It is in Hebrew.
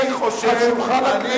חובת הנחה היא על שולחן הכנסת.